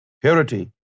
purity